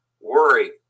worry